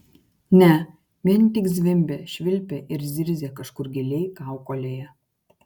ne vien tik zvimbė švilpė ir zirzė kažkur giliai kaukolėje